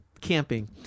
camping